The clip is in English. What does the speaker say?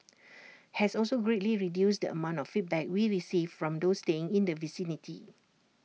has also greatly reduced the amount of feedback we received from those staying in the vicinity